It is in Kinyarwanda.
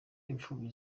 imfubyi